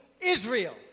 Israel